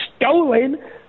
stolen